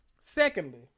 Secondly